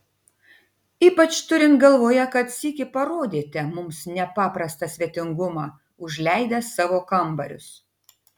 ypač turint galvoje kad sykį parodėte mums nepaprastą svetingumą užleidęs savo kambarius